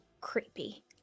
creepy